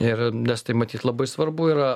ir nes tai matyt labai svarbu yra